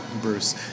Bruce